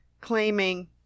claiming